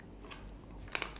no ya